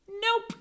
Nope